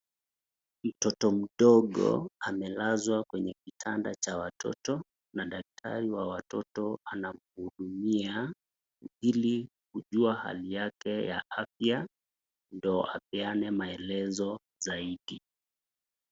Mtoto mdogo amelazwa kwenye kitanda cha watoto na daktari wa watoto anamhudumia ili kujua hali yake ya afya, ndio apeane maelezo zaidi.